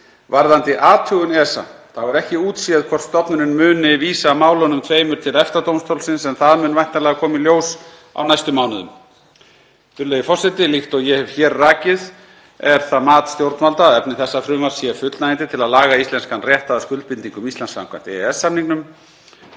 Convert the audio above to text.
Varðandi athugun ESA er ekki útséð hvort stofnunin muni vísa málunum tveimur til EFTA-dómstólsins en það mun væntanlega koma í ljós á næstu mánuðum. Virðulegi forseti. Líkt og ég hef hér rakið er það mat stjórnvalda að efni þessa frumvarps sé fullnægjandi til að laga íslenskan rétt að skuldbindingum Íslands samkvæmt EES-samningnum.